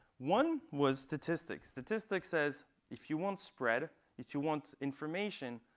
one was statistics. statistics says, if you won't spread, if you want information,